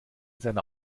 seiner